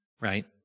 right